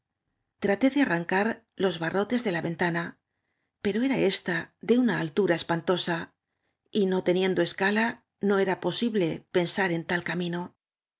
traté de arrancar los barro tes de la ventana pero era ésta de una altara espantosa y no teniendo escala no era posible pensar en tal camino